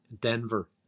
Denver